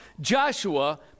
Joshua